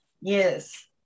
Yes